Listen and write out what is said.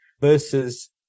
versus